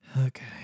Okay